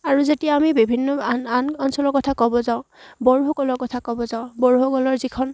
আৰু যেতিয়া আমি বিভিন্ন আন আন অঞ্চলৰ কথা ক'ব যাওঁ বড়োসকলৰ কথা ক'ব যাওঁ বড়োসকলৰ যিখন